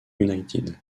united